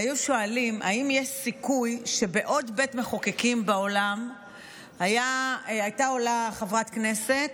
והיו שואלים אם יש סיכוי שבעוד בית מחוקקים בעולם הייתה עולה חברת כנסת,